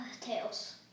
Tails